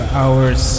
hours